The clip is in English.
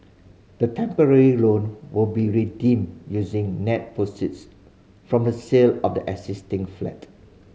the temporary loan will be redeemed using net proceeds from the sale of the existing flat